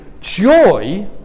joy